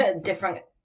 different